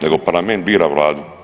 Nego parlament bira vladu.